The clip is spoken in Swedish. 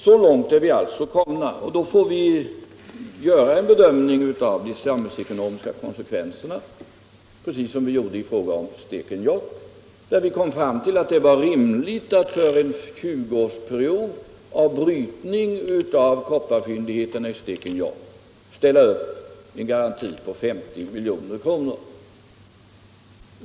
Så långt är vi alltså komna och då får vi göra en bedömning av de samhällsekonomiska konsekvenserna, precis som vi gjorde i Stekenjokk där vi kom fram till att det var rimligt att för en 20-årsperiod med brytning av kopparfyndigheterna i Stekenjokk ställa upp en garanti på 50 milj.kr.